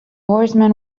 horseman